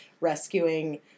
rescuing